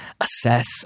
assess